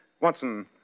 Watson